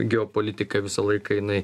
geopolitika visą laiką jinai